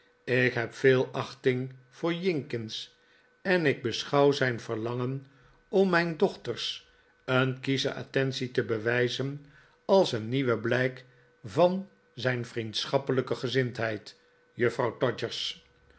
ik heb veel achting voor jinkins en ik beschouw zijn verlangen om mijn dochters een kiesche attentate bewijzen als een nieuw blijk van zijn vriendschappelijke gezindheid juffrouw